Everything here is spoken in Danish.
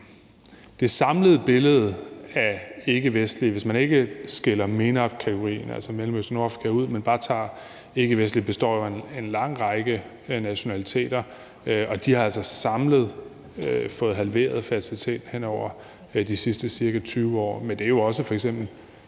det samlede billede af den ikkevestlige gruppe er afhængig af, om man skiller MENAPT-kategorien, altså Mellemøsten og Nordafrika, ud eller ej. Den ikkevestlige gruppe består jo af en lang række nationaliteter, og de har altså samlet fået halveret fertilitet hen over de sidste ca. 20 år, men det er jo også